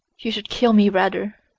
you should kill me rather.